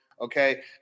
okay